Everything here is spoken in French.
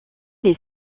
les